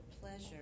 pleasure